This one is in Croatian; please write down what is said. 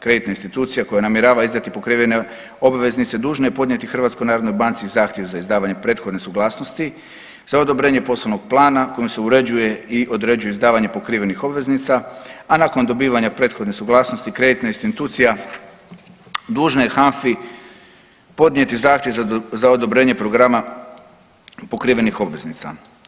Kreditna institucija koje namjerava izdati pokrivene obveznice dužna je podnijeti Hrvatskoj narodnoj banci zahtjev za izdavanje prethodne suglasnosti za odobrenje poslovnog plana kojim ses uređuje i određuje izdavanje pokrivenih obveznica, a nakon dobivanja prethodne suglasnosti kreditna institucija dužna je HANFA-i podnijeti zahtjev za odobrenje programa pokrivenih obveznica.